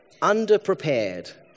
underprepared